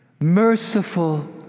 merciful